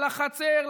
לחצר,